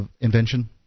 invention